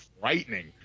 frightening